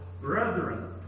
brethren